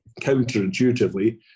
counterintuitively